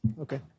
Okay